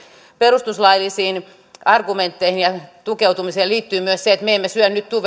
perustuslaillisiin argumentteihin tukeutumiseen liittyy myös se että me emme syö nyt